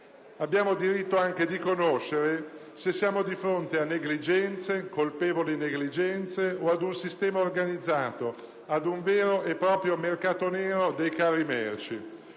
Abbiamo diritto anche di conoscere se siamo di fronte a negligenze, colpevoli negligenze, o ad un sistema organizzato, ad un vero e proprio mercato nero dei carri merci,